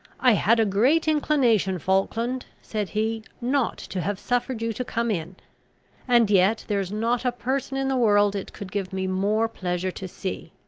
i had a great inclination, falkland, said he, not to have suffered you to come in and yet there is not a person in the world it could give me more pleasure to see.